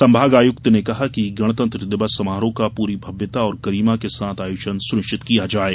संभागायुक्त श्रीमती श्रीवास्तव ने कहा कि गणतंत्र दिवस समारोह का पूरी भव्यता और गरिमा के साथ आयोजन सुनिश्चित किया जाये